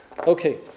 Okay